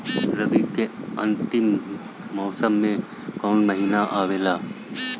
रवी के अंतिम मौसम में कौन महीना आवेला?